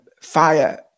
Fire